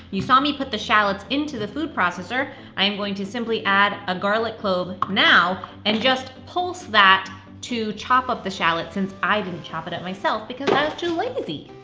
you saw me put the shallots the food processor. i am going to simply add a garlic clove now and just pulse that to chop up the shallot since i didn't chop it up myself because i was too lazy.